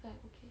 but okay